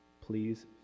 please